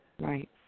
Right